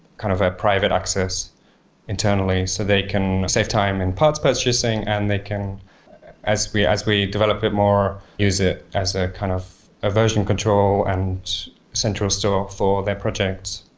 kind of a private access internally so they can save time in parts purchasing and they can as we as we developer it more, use it as ah kind of a version control and central store for their projects.